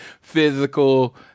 physical